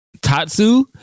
tatsu